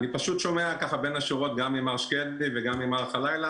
אני פשוט שומע בין השאר גם ממר שקדי וגם ממר חליאלה